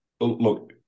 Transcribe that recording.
Look